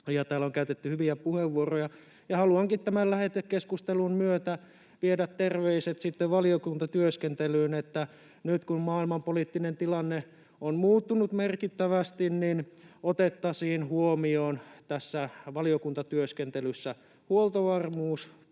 täällä on käytetty hyviä puheenvuoroja, ja haluankin tämän lähetekeskustelun myötä viedä terveiset valiokuntatyöskentelyyn, että nyt kun maailmanpoliittinen tilanne on muuttunut merkittävästi, niin otettaisiin huomioon tässä valiokuntatyöskentelyssä huoltovarmuus,